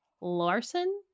Larson